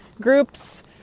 groups